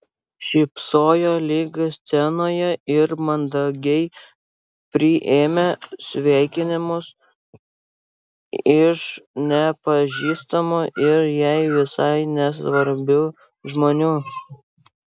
šypsojo lyg scenoje ir mandagiai priėmė sveikinimus iš nepažįstamų ir jai visai nesvarbių žmonių